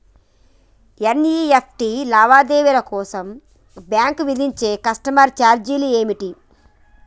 NEFT లావాదేవీల కోసం bank విధించే కస్టమర్ ఛార్జీలు ఏమిటి?